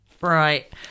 Right